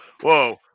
whoa